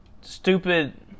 stupid